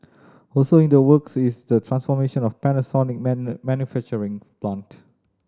also in the works is the transformation of Panasonic manufacturing plant